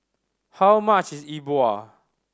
how much is E Bua